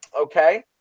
okay